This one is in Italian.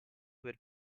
per